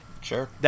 Sure